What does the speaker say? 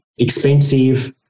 expensive